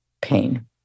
pain